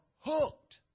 hooked